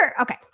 Okay